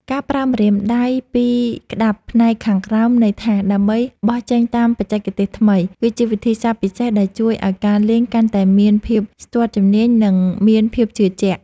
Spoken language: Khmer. ការប្រើម្រាមដៃពីរក្ដាប់ផ្នែកខាងក្រោមនៃថាសដើម្បីបោះចេញតាមបច្ចេកទេសថ្មី គឺជាវិធីសាស្ត្រពិសេសដែលជួយឱ្យការលេងកាន់តែមានភាពស្ទាត់ជំនាញ និងមានភាពជឿជាក់។